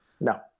no